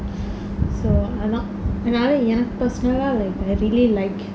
so அதான்:athaan ஆனா எனக்கு:aanaa enakku personal ah I really like